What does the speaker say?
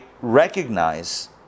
recognize